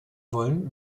wollen